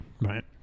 right